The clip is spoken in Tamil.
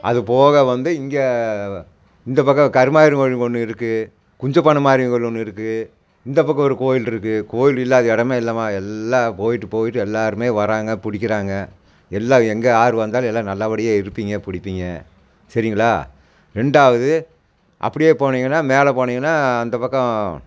அது போக வந்து இங்கே இந்த பக்கம் கருமாரியம்மன் கோயில் ஒன்று இருக்குது குஞ்சப்பண்ண மாரியம்மன் கோவில் ஒன்று இருக்குது இந்த பக்கம் ஒரு கோயில் இருக்குது கோயில் இல்லாத இடமே இல்லமால் எல்லா போயிட்டு போயிட்டு எல்லாருமே வராங்க பிடிக்கிறாங்க எல்லா எங்கே யாரு வந்தாலும் எல்லா நல்லபடியா இருப்பீங்க பிடிப்பீங்க சரிங்களா ரெண்டாவது அப்படியே போனீங்கன்னால் மேலே போனீங்கன்னால் அந்த பக்கம்